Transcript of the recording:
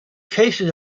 cases